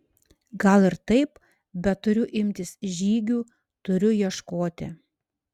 gal ir taip bet turiu imtis žygių turiu ieškoti